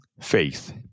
Faith